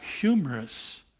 humorous